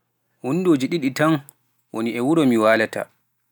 Wunndooji ɗiɗi tan woni e wuro mi waalata.